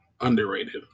underrated